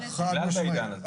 חד משמעית.